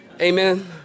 Amen